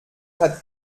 hat